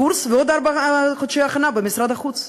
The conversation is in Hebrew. קורס ועוד ארבעה חודשי הכנה במשרד החוץ.